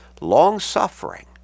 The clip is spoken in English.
long-suffering